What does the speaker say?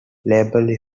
label